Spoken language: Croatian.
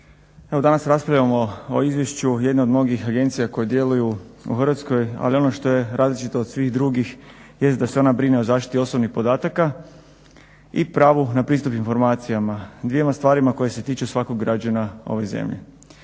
Evo danas raspravljamo o Izvješću jedne od mnogih agencija koje djeluju u Hrvatskoj, ali ono što je različito od svih drugih jest da se ona brine o zaštiti osobnih podataka i pravu na pristup informacijama. Dvjema stvarima koje se tiču svakog građana ove zemlje.